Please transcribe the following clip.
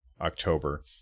October